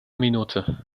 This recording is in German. minute